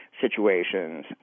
situations